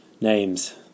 names